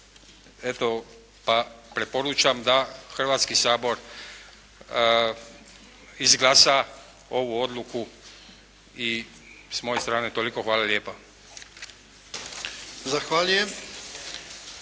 pa preporučam da Hrvatski sabor izglasa ovu odluku i s moje strane toliko. Hvala lijepa.